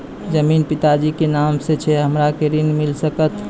जमीन पिता जी के नाम से छै हमरा के ऋण मिल सकत?